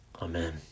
Amen